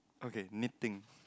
okay neating